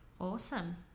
Awesome